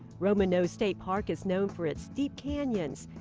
roman nose state park is known for its steep canyons,